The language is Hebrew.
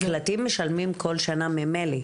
מקלטים משלמים כל שנה ממילא.